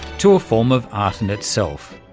to a form of art and itself,